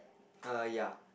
err yeah